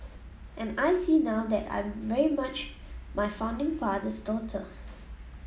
and I see now that I'm very much my founding father's daughter